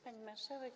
Pani Marszałek!